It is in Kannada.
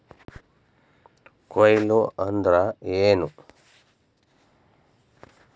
ಕೊಯ್ಲು ಅಂದ್ರ ಏನ್?